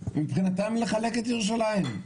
מבחינתם לחלק את ירושלים.